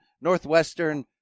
northwestern